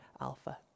Alpha